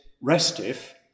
restive